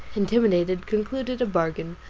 intimidated, concluded a bargain,